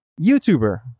YouTuber